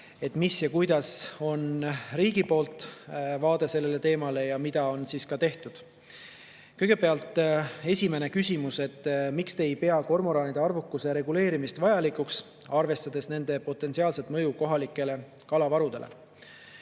vastata, mis on riigi vaade sellele teemale ja mida on tehtud. Kõigepealt esimene küsimus: "Miks te ei pea kormoranide arvukuse reguleerimist vajalikuks, arvestades nende potentsiaalset mõju kohalikele kalavarudele?"